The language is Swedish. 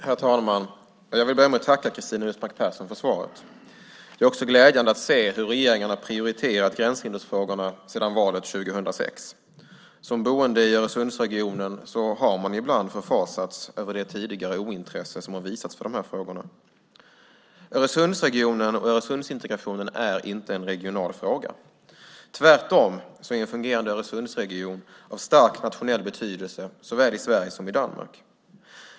Herr talman! Jag vill börja med att tacka Cristina Husmark Pehrsson för svaret. Det är glädjande att se hur regeringen sedan valet 2006 har prioriterat gränshindersfrågorna. Som boende i Öresundsregionen har man ibland förfasats över det ointresse som tidigare visats för de här frågorna. Öresundsregionen och Öresundsintegrationen är inte en regional fråga. Tvärtom är en fungerande Öresundsregion av stor nationell betydelse, såväl i Sverige som i Danmark.